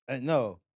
No